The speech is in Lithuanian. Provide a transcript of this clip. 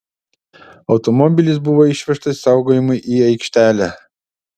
automobilis buvo išvežtas saugojimui į aikštelę